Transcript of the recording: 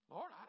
Lord